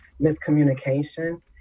miscommunication